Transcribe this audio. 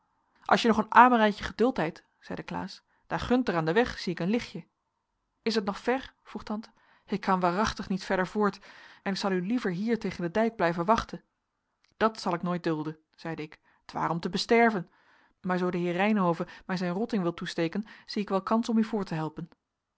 als je nog een amerijtje geduld heit zeide klaas daar gunter aan den weg zie ik een lichtje is t nog ver vroeg tante ik kan waarachtig niet verder voort en ik zal u liever hier tegen den dijk blijven wachten dat zal ik nooit dulden zeide ik t ware om te besterven maar zoo de heer reynhove mij zijn rotting wil toesteken zie ik wel kans om u voort te helpen